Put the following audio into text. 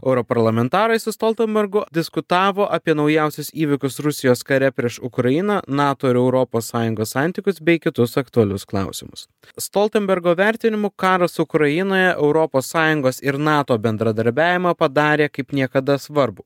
europarlamentarai su stoltenbergu diskutavo apie naujausius įvykius rusijos kare prieš ukrainą nato ir europos sąjungos santykius bei kitus aktualius klausimus stoltenbergo vertinimu karas ukrainoje europos sąjungos ir nato bendradarbiavimą padarė kaip niekada svarbų